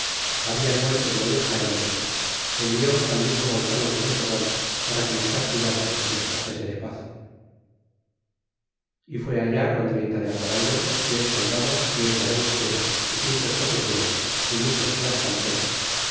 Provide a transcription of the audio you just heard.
habian muerto nueve españoles envió al mismo gonzalo de sandoval para que los castigase y los traxese de paz y fué allá con treinta de a caballo y cien soldados y ocho vallesteros y cinco escopeteros y muchos flascaltecas